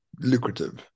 Lucrative